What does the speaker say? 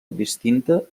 distinta